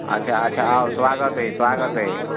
अच्छा अच्छा आउ स्वागत अइ स्वागत अइ